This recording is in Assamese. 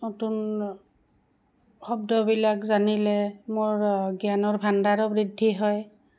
নতুন শব্দবিলাক জানিলে মোৰ জ্ঞানৰ ভাণ্ডাৰো বৃদ্ধি হয়